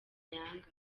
yanga